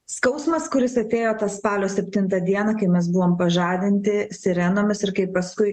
skausmas kuris atėjo tą spalio septintą dieną kai mes buvom pažadinti sirenomis ir kai paskui